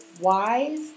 Wise